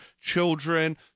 children